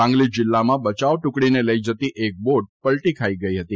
સાંગલી જીલ્લામાં બયાવ ટુકડીને લઇ જતી એક બોટ પલટી ખાઇ ગઇ હતી